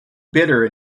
bitter